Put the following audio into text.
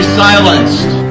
silenced